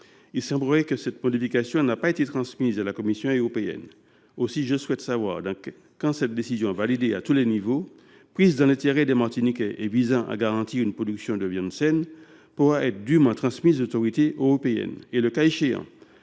il semble que cette modification n’aurait pas été transmise à la Commission européenne. Aussi, je souhaite savoir quand cette décision validée à tous les niveaux, prise dans l’intérêt des Martiniquais et visant à garantir une production de viande saine, pourra être dûment transmise aux autorités européennes. Le cas échéant,